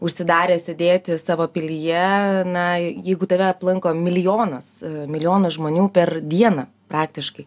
užsidaręs sėdėti savo pilyje na jeigu tave aplanko milijonas milijonas žmonių per dieną praktiškai